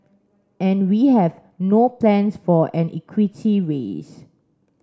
and we have no plans for an equity raise